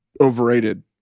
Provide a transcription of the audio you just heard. overrated